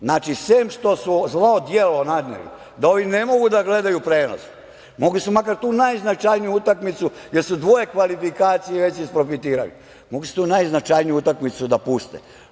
Znači, sem što su zlo delo nadneli da ovi ne mogu da gledaju prenos, mogli su makar tu najznačajniju utakmicu, jer su dve kvalifikacije već isprofitirali, mogli su tu najznačajniju utakmicu da puste.